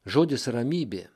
žodis ramybė